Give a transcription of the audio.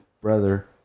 brother